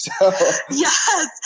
Yes